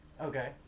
Okay